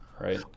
Right